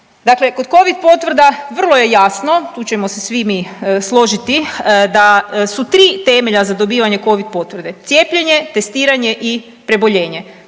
Dakle, kod covid potvrda vrlo je jasno, tu ćemo se svi mi složiti da su 3 temelja za dobivanje covid potvrde, cijepljenje, testiranje i preboljenje,